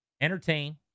entertain